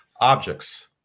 objects